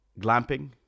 glamping